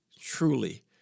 truly